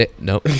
No